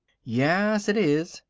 ya-as, it is!